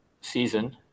season